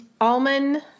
Almond